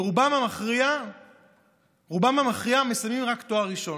רובם המכריע מסיימים רק תואר ראשון,